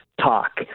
talk